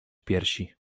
piersi